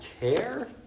care